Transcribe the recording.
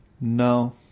No